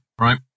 Right